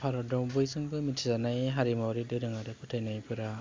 भारताव बयजोंबो मिथिजानाय हारिमुवारि दोरों आरो फोथायनायफोरा